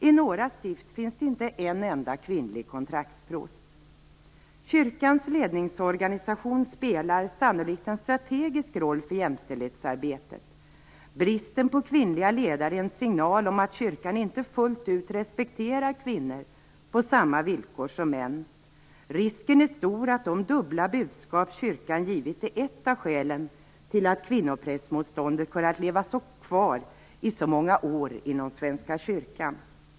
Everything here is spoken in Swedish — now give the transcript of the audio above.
I några stift finns det inte en enda kvinnlig kontraktsprost. Kyrkans ledningsorganisation spelar sannolikt en strategisk roll för jämställdhetsarbetet. Bristen på kvinnliga ledare är en signal om att kyrkan inte fullt ut respekterar kvinnor på samma villkor som män. Risken är stor att de dubbla budskap kyrkan givit är ett av skälen till att kvinnoprästmotståndet kunnat leva kvar i så många år inom Svenska kyrkan.